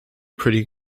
pretty